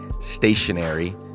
stationary